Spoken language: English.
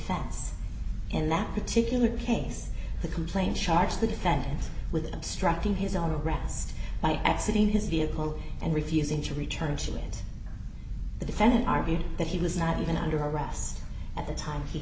defense in that particular case the complaint charged the defense with obstructing his own arrest by accident in his vehicle and refusing to return she that the defendant argued that he was not even under arrest at the time he